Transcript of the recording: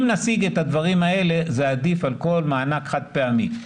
אם נשיג את הדברים האלה זה עדיף על כל מענק חד פעמי.